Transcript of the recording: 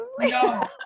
No